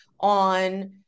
on